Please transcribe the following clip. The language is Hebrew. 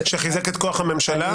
שחיזק את כוח הממשלה.